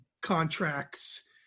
contracts